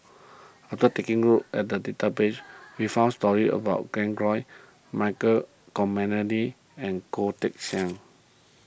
after taking a look at the database we found stories about Glen Goei Michael Olcomendy and Goh Teck Sian